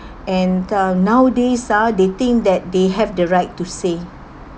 and uh nowadays ah they think that they have the right to say